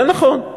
זה נכון.